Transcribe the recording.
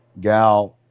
gal